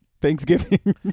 Thanksgiving